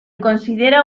considera